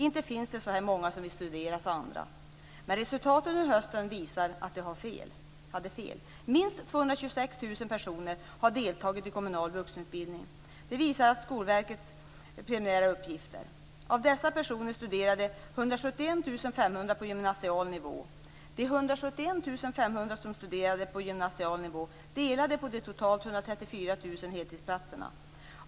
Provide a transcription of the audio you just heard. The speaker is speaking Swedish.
Inte finns det så där många som vill studera, sade andra. Men resultatet under hösten visar att de hade fel. Minst 226 000 personer har deltagit i kommunal vuxenutbildning. Det visar Skolverkets preliminära uppgifter. Av dessa personer studerade 171 500 på gymnasial nivå. De 171 500 som studerade på gymnasial nivå delade på de totalt 134 500 heltidsplatserna.